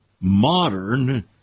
modern